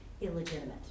illegitimate